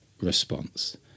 response